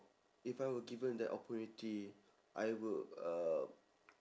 if I were given the opportunity I would uh